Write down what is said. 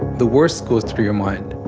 the worst goes through your mind.